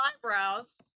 eyebrows